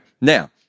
Now